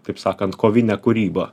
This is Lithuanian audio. taip sakant kovinė kūryba